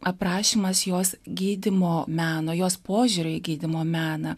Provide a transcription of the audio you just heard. aprašymas jos gydymo meno jos požiūrio į gydymo meną